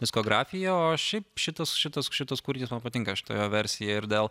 diskografija o šiaip šitas šitas šitas kūrinys man patinka šita jo versija ir dėl